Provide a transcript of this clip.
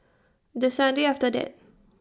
The Sunday after that